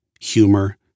humor